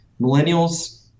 Millennials